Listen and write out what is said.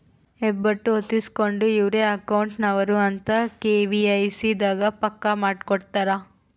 ಹೆಬ್ಬೆಟ್ಟು ಹೊತ್ತಿಸ್ಕೆಂಡು ಇವ್ರೆ ಅಕೌಂಟ್ ನವರು ಅಂತ ಕೆ.ವೈ.ಸಿ ದಾಗ ಪಕ್ಕ ಮಾಡ್ಕೊತರ